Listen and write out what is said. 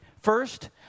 First